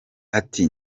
ati